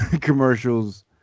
commercials